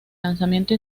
lanzamiento